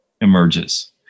emerges